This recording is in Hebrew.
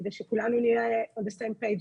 כדי שכולנו נהיה on the same page.